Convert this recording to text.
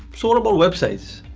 sort of websites?